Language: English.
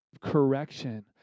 correction